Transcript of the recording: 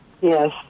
Yes